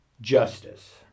justice